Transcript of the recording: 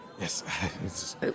Yes